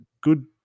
good